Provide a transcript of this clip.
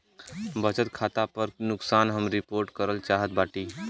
बचत खाता पर नुकसान हम रिपोर्ट करल चाहत बाटी